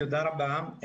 תודה רבה.